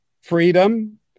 freedom